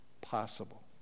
possible